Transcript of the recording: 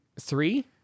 Three